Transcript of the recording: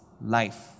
life